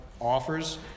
offers